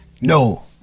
No